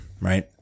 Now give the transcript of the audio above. right